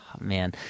man